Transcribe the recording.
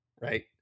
right